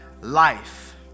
life